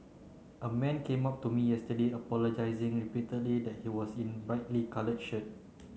a man came up to me yesterday apologising repeatedly that he was in a brightly coloured shirt